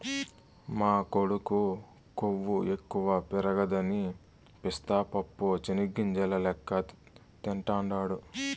మా కొడుకు కొవ్వు ఎక్కువ పెరగదని పిస్తా పప్పు చెనిగ్గింజల లెక్క తింటాండాడు